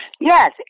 Yes